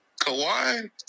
Kawhi